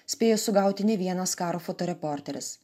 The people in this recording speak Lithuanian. spėjo sugauti ne vienas karo fotoreporteris